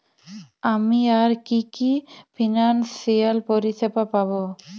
আমি আর কি কি ফিনান্সসিয়াল পরিষেবা পাব?